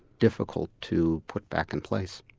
difficult to put back in place.